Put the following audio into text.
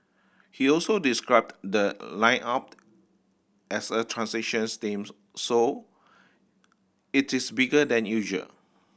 he also described the lineup as a transition teams so it is bigger than usual